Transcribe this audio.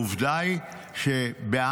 העובדה היא שבאנגליה